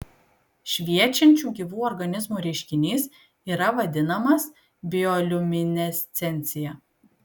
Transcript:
šviečiančių gyvų organizmų reiškinys yra vadinamas bioliuminescencija